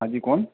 हाँ जी कौन